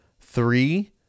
three